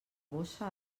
bossa